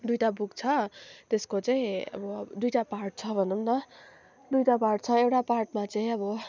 दुईवटा बुक छ त्यसको चाहिँ अब दुईवटा पार्ट छ भनौँ न दुईवटा पार्ट छ एउटा पार्टमा चाहिँ अब